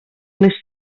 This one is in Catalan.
les